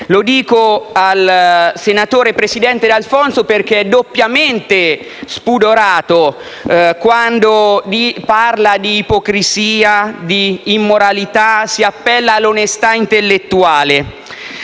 rivolgo al senatore presidente D'Alfonso, perché è doppiamente spudorato quando parla di ipocrisia, di immoralità e si appella all'onestà intellettuale.